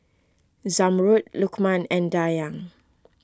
Zamrud Lukman and Dayang